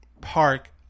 park